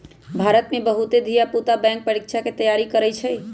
भारत में बहुते धिया पुता बैंक परीकछा के तैयारी करइ छइ